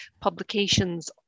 publications